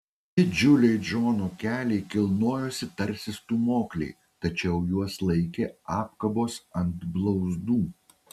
didžiuliai džono keliai kilnojosi tarsi stūmokliai tačiau juos laikė apkabos ant blauzdų